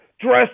dressed